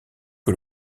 que